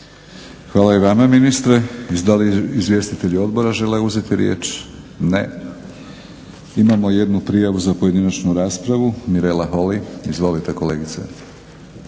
Hvala i vama ministre. Da li izvjestitelji odbora žele uzeti riječ? Ne. Imamo jednu prijavu za pojedinačnu raspravu Mirela Holy. Izvolite kolegice.